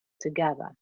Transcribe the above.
together